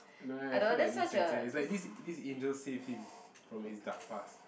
no leh I feel like it makes sense eh it's like this this angel saved him from his dark past